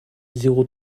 zéro